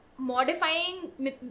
modifying